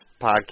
podcast